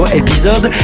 episode